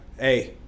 hey